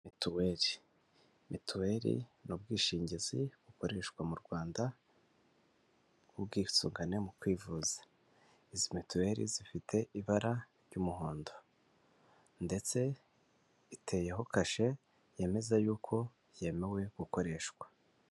Mituweli, mituweli ni ubwishingizi bukoreshwa mu Rwanda, ubwisungane mu kwivuza, izi mituweli zifite ibara ry'umuhondo ndetse iteyeho kashe, yemeza y'uko yemewe gukoreshwa.